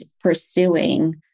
pursuing